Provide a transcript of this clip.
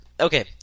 okay